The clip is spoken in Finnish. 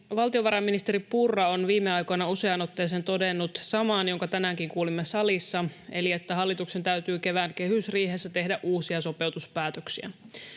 Valtiovarainministeri Purra on viime aikoina useaan otteeseen todennut saman, jonka tänäänkin kuulimme salissa, eli että hallituksen täytyy kevään kehysriihessä tehdä uusia sopeutuspäätöksiä.